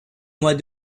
mois